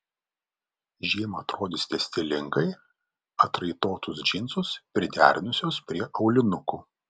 žiemą atrodysite stilingai atraitotus džinsus priderinusios prie aulinukų